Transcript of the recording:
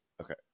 Okay